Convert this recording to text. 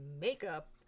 makeup